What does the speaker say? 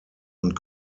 und